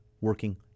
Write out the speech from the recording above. working